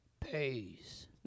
pays